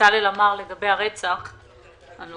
שבצלאל אמר לגבי הרצח הנורא.